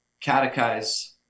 Catechize